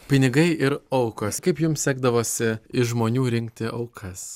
pinigai ir aukos kaip jum sekdavosi iš žmonių rinkti aukas